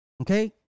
Okay